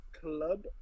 Club